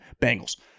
Bengals